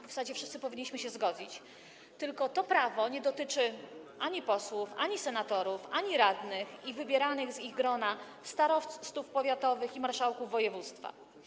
W zasadzie wszyscy powinniśmy się zgodzić, tylko że to prawo nie dotyczy ani posłów, ani senatorów, ani radnych i wybieranych z ich grona starostów powiatowych i marszałków województwa.